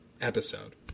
episode